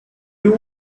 two